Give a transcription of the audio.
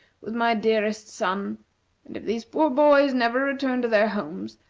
with my dearest son and if these poor boys never return to their homes,